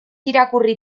irakurri